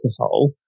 alcohol